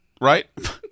right